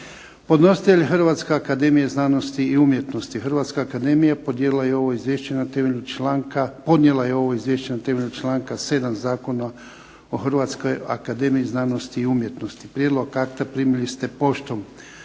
Podnositelj je Hrvatska akademija znanosti i umjetnosti. Hrvatska akademija podnijela je ovo izvješće na temelju članka 7. Zakona o Hrvatskoj akademiji znanosti i umjetnosti. Prijedlog akta primili ste poštom.